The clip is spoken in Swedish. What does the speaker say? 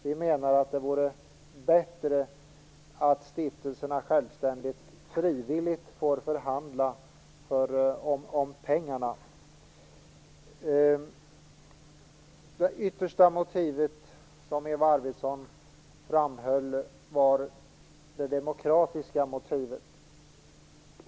Vi menar att det vore bättre om stiftelserna frivilligt fick förhandla om pengarna. Det yttersta motiv som Eva Arvidsson anförde var det demokratiska motivet.